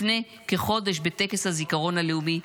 לפני כחודש בטקס הזיכרון הלאומי,